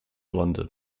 london